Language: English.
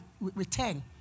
return